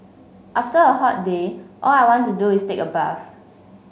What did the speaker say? after a hot day all I want to do is take a bath